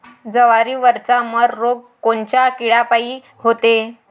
जवारीवरचा मर रोग कोनच्या किड्यापायी होते?